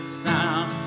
sound